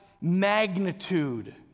magnitude